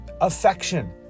affection